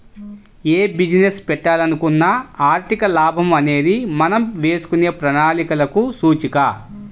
యే బిజినెస్ పెట్టాలనుకున్నా ఆర్థిక లాభం అనేది మనం వేసుకునే ప్రణాళికలకు సూచిక